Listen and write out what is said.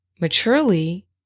maturely